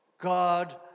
God